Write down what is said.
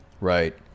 right